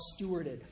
stewarded